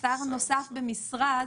שר נוסף במשרד